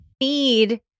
need